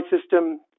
system